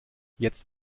jetzt